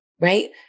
right